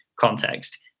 context